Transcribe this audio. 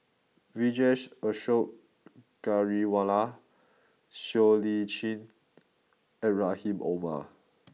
Vijesh Ashok Ghariwala Siow Lee Chin and Rahim Omar